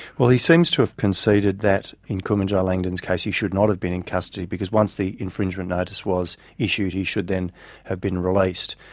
well, he seems to have conceded that in kumanjayi langdon's case he should not have been in custody because once the infringement notice was issued he should then have been released.